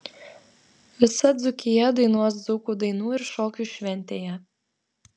visa dzūkija dainuos dzūkų dainų ir šokių šventėje